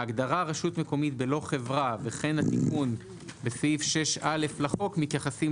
ההגדרה רשות מקומית בלא חברה וכן וכן התיקון בסעיף 6א לחוק מתייחסים